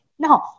No